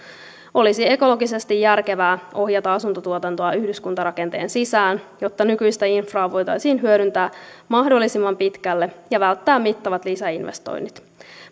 olisi ekologisesti järkevää ohjata asuntotuotantoa yhdyskuntarakenteen sisään jotta nykyistä infraa voitaisiin hyödyntää mahdollisimman pitkälle ja välttää mittavat lisäinvestoinnit